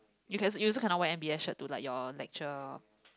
you can you also cannot wear M_B_S shirt to like your lecture